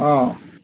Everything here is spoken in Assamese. অ'